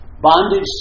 Bondage